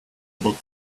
about